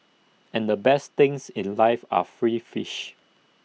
and the best things in life are free fish